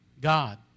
god